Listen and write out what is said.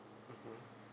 mm